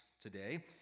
today